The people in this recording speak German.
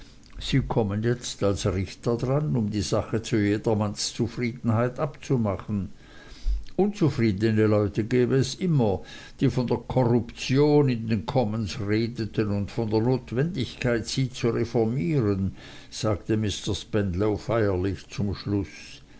sie kommen jetzt als richter dran um die sache zu jedermanns zufriedenheit abzumachen unzufriedene leute gebe es immer die von der korruption in den commons redeten und von der notwendigkeit sie zu reformieren sagte mr spenlow feierlich zum schluß